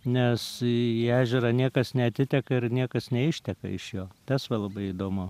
nes į ežerą niekas neatiteka ir niekas neišteka iš jo tas va labai įdomu